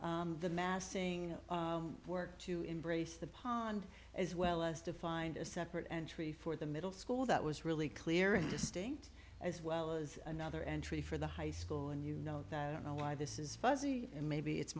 the massing work to embrace the pond as well as to find a separate entry for the middle school that was really clear and distinct as well as another entry for the high school and you know i don't know why this is fuzzy maybe it's